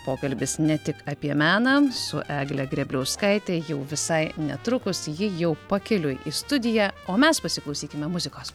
pokalbis ne tik apie meną su egle grėbliauskaite jau visai netrukus ji jau pakeliui į studiją o mes pasiklausykime muzikos